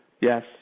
yes